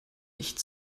nicht